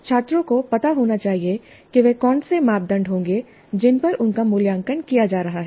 छात्रों को पता होना चाहिए कि वे कौन से मापदंड होंगे जिन पर उनका मूल्यांकन किया जा रहा है